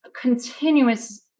continuous